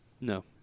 No